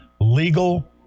legal